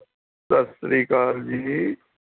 ਸਤਿ ਸ਼੍ਰੀ ਅਕਾਲ ਜੀ